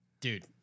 dude